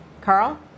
Carl